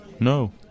No